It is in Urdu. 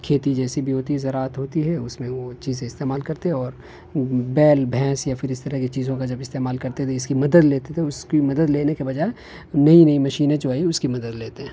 کھیتی جیسی بھی ہوتی ہے ذراعت ہوتی ہے اس میں وہ چیزیں استعمال کرتے ہیں اور بیل بھینس یا پھر اس طرح کی چیزوں کا جب استعمال کرتے تھے تو اس کی مدد لیتے تھے اس کی مدد لینے کے بجائے نئی نئی مشینیں جو ہیں یہ اس کی مدد لیتے ہیں